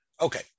Okay